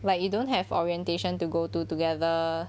like you don't have orientation to go to together